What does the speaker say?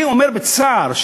אני אומר בצער,